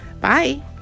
Bye